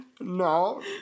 No